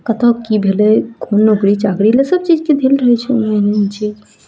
कतऽ की भेलय कोन नौकरी चाकरी लए सबचीजके देल रहय छै ओइमे जे